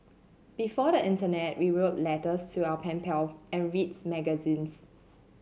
before the internet we wrote letters to our pen pal and reads magazines